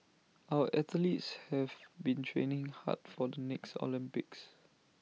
our athletes have been training hard for the next Olympics